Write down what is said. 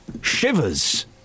Shivers